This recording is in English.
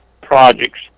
projects